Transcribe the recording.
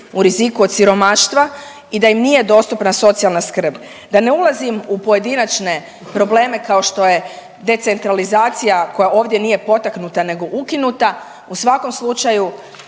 u riziku od siromaštva i da im nije dostupna socijalna skrb. Da ne ulazim u pojedinačne probleme kao što je decentralizacija koja ovdje nije potaknuta, nego ukinuta u svakom slučaju